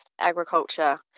agriculture